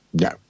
no